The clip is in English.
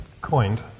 coined